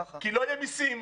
מנקודת המבט של האוצר,